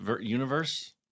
universe